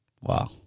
Wow